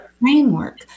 framework